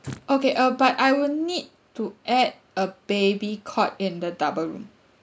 okay uh but I will need to add a baby cot in the double room